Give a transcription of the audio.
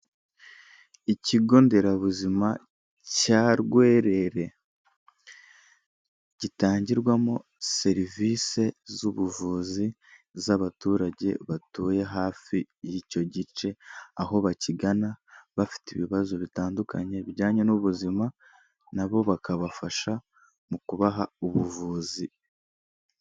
Ikigo nderabuzima cya Rwerere, gitangirwamo serivisi z'ubuvuzi z'abaturage batuye hafi y'icyo gice. Aho bakigana bafite ibibazo bitandukanye bijyanye n'ubuzima, nabo bakabafasha mu kubaha ubuvuzi.